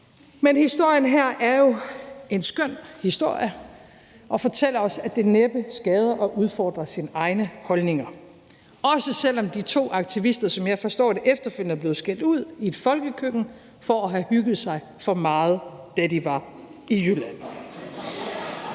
Men historien her er jo en skøn historie og fortæller os, at det næppe skader at udfordre sine egne holdninger, også selv om de to aktivister, som jeg forstår det, efterfølgende er blevet skældt ud i et folkekøkken for at have hygget sig for meget, da de var i Jylland.